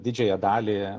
didžiąją dalį